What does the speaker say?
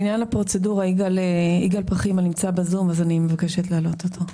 יגאל פחינמה נמצא בזום, מבקשת שיעלו אותו.